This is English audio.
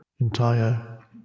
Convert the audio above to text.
entire